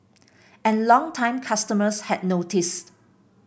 and longtime customers had noticed